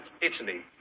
Italy